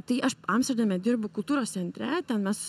tai aš amsterdame dirbu kultūros centre ten mes